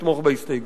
לתמוך בהסתייגות.